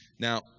Now